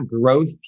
growth